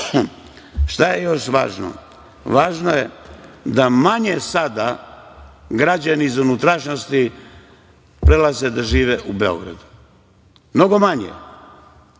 je još važno? Važno je da manje sada građani iz unutrašnjosti prelaze da žive u Beograd. Mnogo manje.